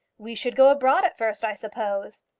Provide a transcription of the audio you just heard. we should go abroad at first, i suppose.